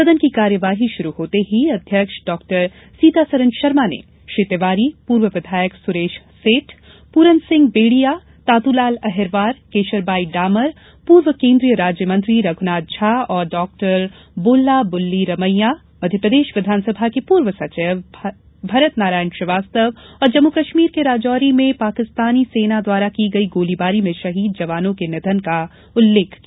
सदन की कार्यवाही शुरु होते ही अध्यक्ष डॉ सीतासरन शर्मा ने श्री तिवारी पूर्व विधायक सुरेश सेठ पूरन सिंह बेडिया तातुलाल अहिरवार केशरबाई डामर पूर्व केंद्रीय राज्यमंत्री रघुनाथ झा और डॉ बोल्ला बुल्ली रमैया मध्यप्रदेश विधानसभा के पूर्व सचिव भरत नारायण श्रीवास्तव और जम्म कश्मीर के राजौरी में पाकिस्तानी सेना द्वारा की गई गोलीबारी में शहीद जवानों के निधन का उल्लेख किया